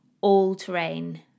all-terrain